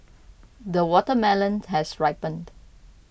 the watermelon has ripened